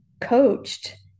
coached